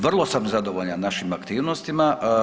Vrlo sam zadovoljan našim aktivnostima.